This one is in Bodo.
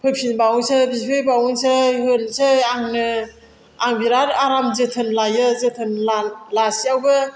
फैफिनबावनोसै बिफैबावनोसै होनोसै आंनो आं बिराद आराम जोथोन लायो जोथोन लासेयावबो